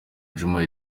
djuma